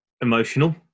emotional